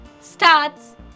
starts